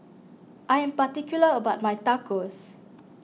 I am particular about my Tacos